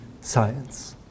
science